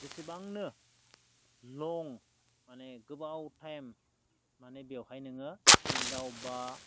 जेसेबांनो लं माने गोबाव टाइम माने बेवहाय नोङो फिल्डआव बा